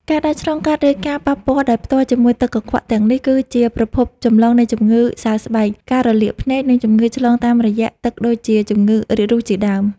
ការដើរឆ្លងកាត់ ឬការប៉ះពាល់ដោយផ្ទាល់ជាមួយទឹកកខ្វក់ទាំងនេះ គឺជាប្រភពចម្លងនៃជំងឺសើស្បែក ការរលាកភ្នែក និងជំងឺឆ្លងតាមរយៈទឹកដូចជាជំងឺរាករូសជាដើម។